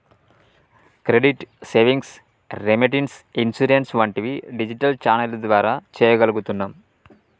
credit, savings, remittance, insurance వంటివి digital ఛానెల్ల ద్వారా చెయ్యగలుగుతున్నాం